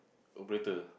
operator